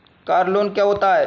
Car loan क्या होता है?